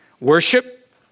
Worship